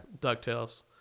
DuckTales